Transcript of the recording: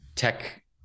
Tech